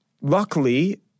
luckily